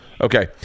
okay